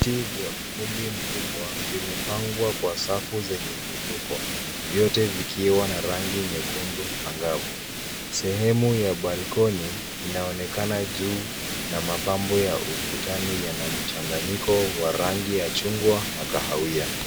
Viti vya ukumbi mkubwa vimepangwa kwa safu zenye mwinuko vyote vikiwa na rangi nyekundu angavu. Sehemu ya balkoni inaonekana juu na mapambo ya ukutani yana mchanganyiko wa rangi ya chungwa na kahawia.